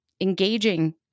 engaging